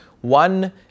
One